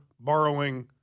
borrowing